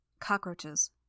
Cockroaches